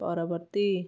ପରବର୍ତ୍ତୀ